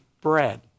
bread